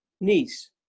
niece